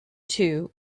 two